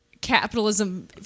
capitalism